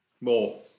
More